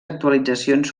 actualitzacions